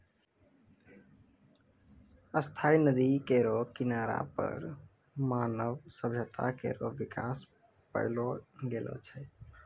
स्थायी नदी केरो किनारा पर मानव सभ्यता केरो बिकास पैलो गेलो छै